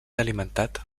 alimentat